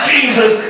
Jesus